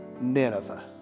Nineveh